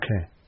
Okay